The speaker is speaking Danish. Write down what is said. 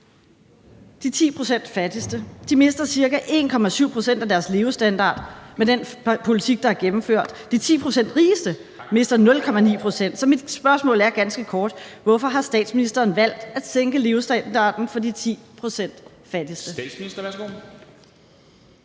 De 10 pct. fattigste mister ca. 1,7 pct. af deres levestandard med den politik, der er gennemført. De 10 pct. rigeste mister 0,9 pct. Så mit spørgsmål er ganske kort: Hvorfor har statsministeren valgt at sænke levestandarden for de 10 pct. fattigste?